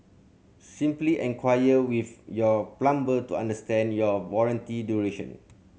simply enquire with your plumber to understand your warranty duration